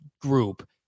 group